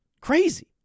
Crazy